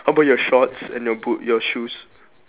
how about your shorts and your boot your shoes